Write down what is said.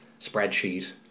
spreadsheet